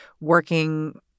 working